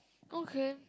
okay